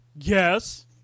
yes